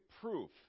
proof